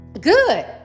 good